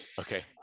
Okay